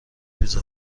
پیتزا